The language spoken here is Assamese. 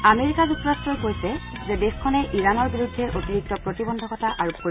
আমেৰিকা যুক্তৰাট্টই কৈছে যে দেশখনে ইৰাণৰ বিৰুদ্ধে অতিৰিক্ত প্ৰতিবদ্ধকতা আৰোপ কৰিব